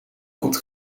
goed